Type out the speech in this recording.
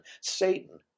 Satan